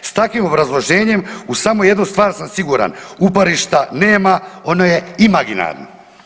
S takvim obrazloženjem u samo jednu stvar sam siguran, uporišta nema, ono je imaginarno.